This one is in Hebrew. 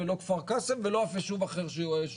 אני שומע את המספר הזה כל הזמן.